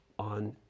On